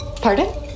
Pardon